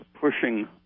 pushing